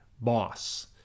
boss